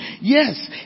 Yes